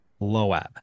Loab